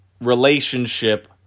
relationship